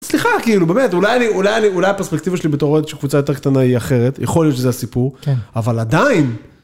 סליחה, כאילו באמת, אולי אני, אולי אני, אולי הפרספקטיבה שלי בתור אוהד של קבוצה יותר קטנה היא אחרת, יכול להיות שזה הסיפור, אבל עדיין...